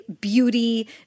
beauty